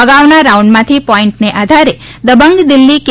અગાઉના રાઉન્ડમાંથી પોઇન્ટને આધારે દબંગ દિલ્હી કે